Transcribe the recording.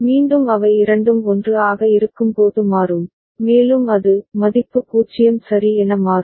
மீண்டும் அவை இரண்டும் 1 ஆக இருக்கும்போது மாறும் மேலும் அது மதிப்பு 0 சரி என மாறும்